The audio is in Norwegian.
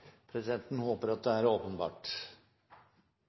Presidenten håper at misforståelsen er